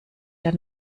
der